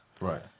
Right